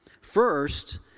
first